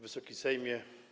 Wysoki Sejmie!